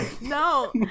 No